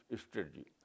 strategy